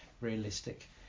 realistic